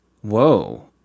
whoa